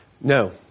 No